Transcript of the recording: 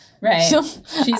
Right